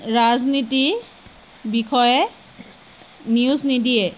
ৰাজনীতিৰ বিষয়ে নিউজ নিদিয়ে